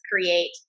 create